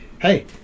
Hey